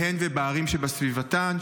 בהן ובערים שבסביבתן,